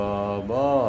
Baba